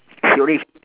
he only